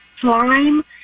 slime